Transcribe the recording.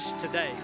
today